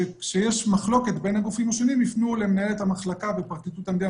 שכשיש מחלוקת בין הגופים השונים ייפנו למנהלת המחלקה בפרקליטות המדינה